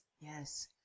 yes